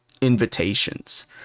invitations